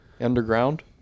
Underground